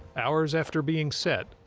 hours after being set,